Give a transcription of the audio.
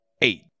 eight